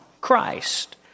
Christ